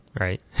right